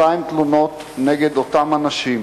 נגד אותם אנשים,